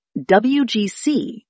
WGC